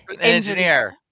engineer